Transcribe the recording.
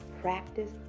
practice